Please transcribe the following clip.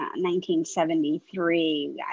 1973